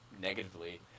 negatively